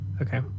Okay